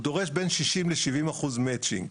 הוא דורש בין 70%-60% מצ'ינג.